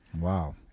Wow